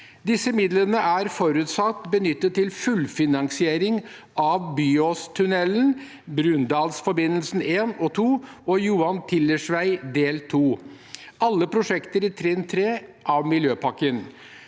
Disse midlene er forutsatt benyttet til fullfinansiering av Byåstunnelen, Brundalsforbindelsen 1 og 2 og Johan Tillers veg del 2. Alle disse er prosjekter i trinn 3 av Miljøpakken.